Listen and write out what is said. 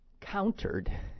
countered